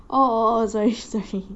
oh oh oh sorry sorry